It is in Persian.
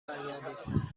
برگردیم